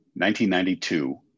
1992